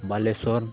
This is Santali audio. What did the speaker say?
ᱵᱟᱞᱮᱥᱥᱚᱨ